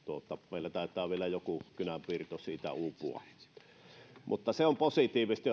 meillä taitaa vielä joku kynänpiirto siitä uupua mutta se on positiivista